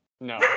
No